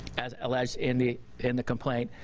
as alleged in the in the complaint,